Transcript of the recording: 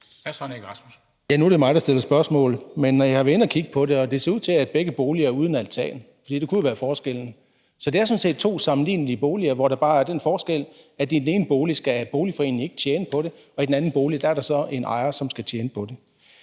(EL): Nu er det mig, der stiller spørgsmål. Jeg har været inde og kigge på det, og det ser ud til, at begge boliger er uden altan – det kunne jo have været forskellen. Så det er sådan set to sammenlignelige boliger, hvor der bare er den forskel, at i forhold til den ene bolig skal boligforeningen ikke tjene på det, og i forhold til den anden bolig er der så en ejer, som skal tjene på det.